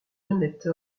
honnête